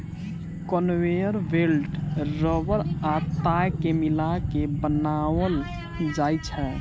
conveyor belt रबड़ आ ताग के मिला के बनाओल जाइत छै